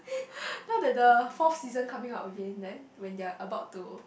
now that the fourth season coming up again then when they are about to